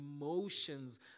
emotions